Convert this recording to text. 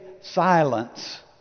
silence